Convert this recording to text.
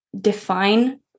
define